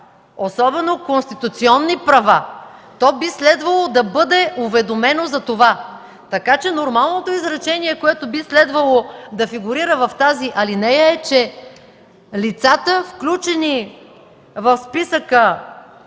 особено конституционни права, то би следвало да бъде уведомено за това. Така че нормалното изречение, което би следвало да фигурира в тази алинея, е че „лицата, включени в списъка